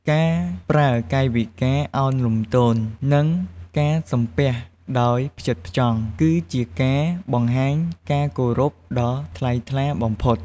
ការប្រើកាយវិការឱនលំទោន និងការសំពះដោយផ្ចិតផ្ចង់គឺជាការបង្ហាញការគោរពដ៏ថ្លៃថ្លាបំផុត។